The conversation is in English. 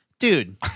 Dude